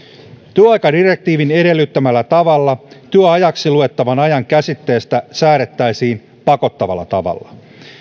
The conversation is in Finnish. työaikadirektiivin edellyttämällä tavalla työajaksi luettavan ajan käsitteestä säädettäisiin pakottavalla tavalla